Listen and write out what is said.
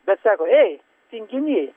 bet sako ei tinginy